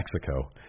Mexico